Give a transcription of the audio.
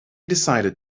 decided